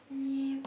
uh